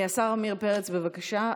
השר עמיר פרץ, בבקשה.